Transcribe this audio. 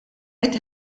qed